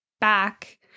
back